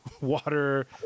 water